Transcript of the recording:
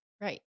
Right